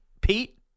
Pete